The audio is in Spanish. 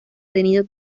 tenido